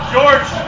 George